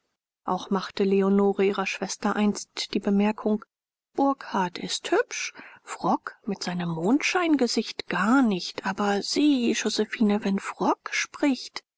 auch machte leonore ihrer schwester einst die bemerkung burkhardt ist hübsch frock mit seinem mondscheingesicht gar nicht aber sieh josephine wenn frock spricht